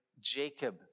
Jacob